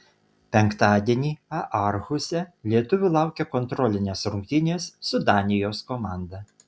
penktadienį aarhuse lietuvių laukia kontrolinės rungtynės su danijos komanda